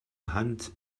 hand